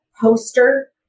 poster